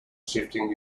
shifting